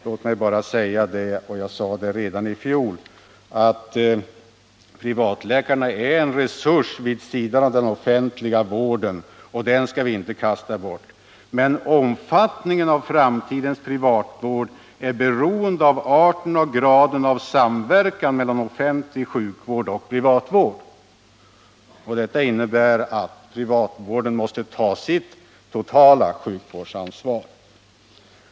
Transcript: Låt mig bara säga — vilket jag anförde redan i fjol — att privatläkarna är en resurs vid sidan av den offentliga vården och att vi inte skall kasta bort den. Omfattningen av framtidens privatvård är beroende av arten och graden av samverkan mellan offentlig sjukvård och privatvård. Det innebär att privatvården måste ta sitt totala sjukvårdsansvar.